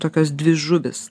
tokios dvi žuvys